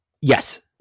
Yes